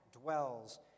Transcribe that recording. dwells